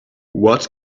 what